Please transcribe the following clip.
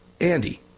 Andy